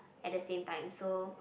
at the same time so